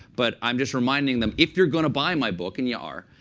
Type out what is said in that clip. but i'm just reminding them, if you're going to buy my book and you are.